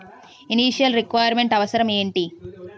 Initial requirement అవసరం ఎంటి?